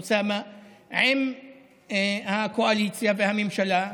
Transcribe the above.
אוסאמה, עם הקואליציה והממשלה.